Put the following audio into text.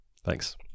Thanks